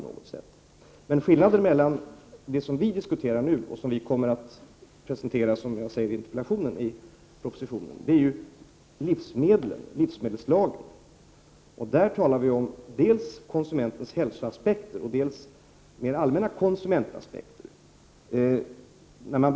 Som jag sade i interpellationssvaret kommer propositionen att gälla livsmedelslagen, där vi diskuterar dels konsumentens hälsoaspekt, dels konsumentaspekten mer allmänt.